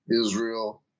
Israel